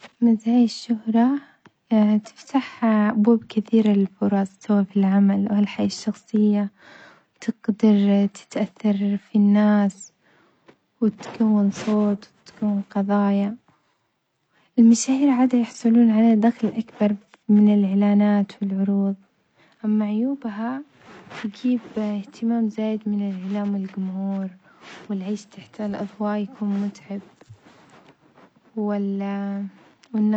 مزايا الشهرة تفتح أبواب كثير للفرص سواء في العمل أو الحياة الشخصية وتقدر ت-تأثر في الناس وتكون صوت وتكون قظايا، المشاهير عادة يحصلون على دخل أكبر من الإعلانات والعروض، أما عيوبها تجيب اهتمام زايد من الإعلام والجمهور والعيش تحت الأظواء يكون متعب، وال والن.